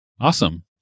Awesome